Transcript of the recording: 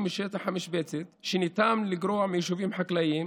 משטח המשבצת שניתן לגרוע מיישובים חקלאיים,